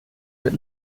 mit